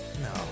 No